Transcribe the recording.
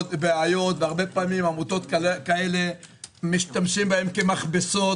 בעיות והרבה פעמים עמותות כאלה משתמשים בהן כמכבסות